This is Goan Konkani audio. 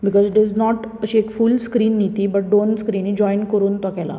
because it is not successful screen न्ही बट दोन स्क्रिनींग जॉयट करून तो केला